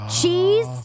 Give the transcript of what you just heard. cheese